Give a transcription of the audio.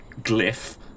glyph